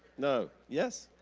no, yes?